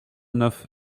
neuf